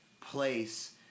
place